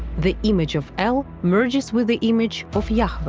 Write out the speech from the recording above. the image of el merges with the image of yeah ah but